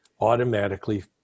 automatically